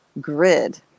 grid